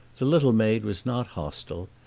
the little maid was not hostile,